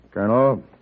Colonel